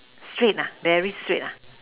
straight lah very straight lah